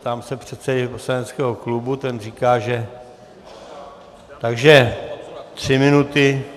Ptám se předsedy poslaneckého klubu a ten říká, že... takže tři minuty...